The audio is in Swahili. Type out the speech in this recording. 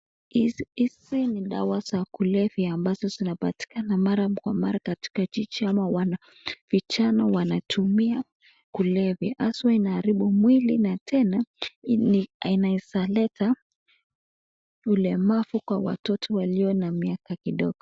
Hizi ni dawa za kulevya ambazo zinapatikana mara kwa mara katika jiji ama wanavijana wanatumia kulevya. Hasa inaharibu mwili na tena inawezaleta ulemavu kwa watoto walio na miaka kidogo.